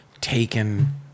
taken